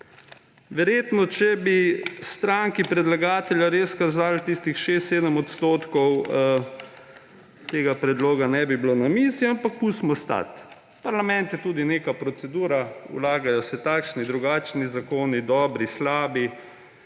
logični. Če bi stranki predlagatelja res kazalo tistih 6, 7 %, verjetno tega predloga ne bi bilo na mizi, ampak pustimo stati. Parlament je tudi neka procedura, vlagajo se takšni in drugačni zakon, dobri, slabi.